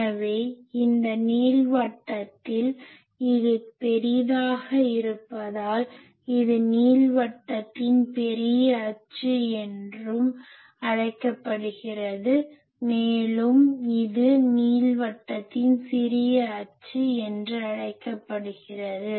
எனவே இந்த நீள்வட்டத்தில் இது பெரிதாக இருப்பதால் இது நீள்வட்டத்தின் பெரிய அச்சு என்று அழைக்கப்படுகிறது மேலும் இது நீள்வட்டத்தின் சிறிய அச்சு என்று அழைக்கப்படுகிறது